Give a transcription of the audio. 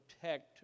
protect